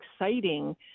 exciting